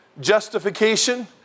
Justification